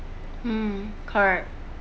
um correct